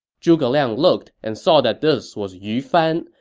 zhuge liang looked and saw that this was yu fan,